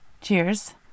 Cheers